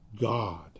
God